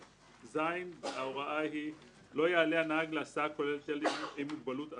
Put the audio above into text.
ב-6(ז) ההוראה היא: "לא יעלה הנהג להסעה הכוללת ילדים עם מוגבלות אדם,